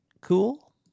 Cool